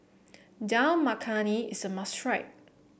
Dal Makhani is a must try